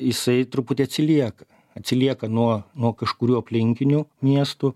jisai truputį atsilieka atsilieka nuo nuo kažkurių aplinkinių miestų